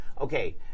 okay